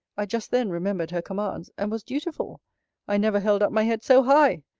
i just then remembered her commands, and was dutiful i never held up my head so high.